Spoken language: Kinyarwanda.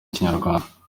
y’ikinyarwanda